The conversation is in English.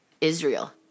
israel